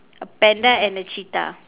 a panda and a cheetah